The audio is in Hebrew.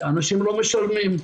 אנשים לא משלמים,